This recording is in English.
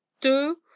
do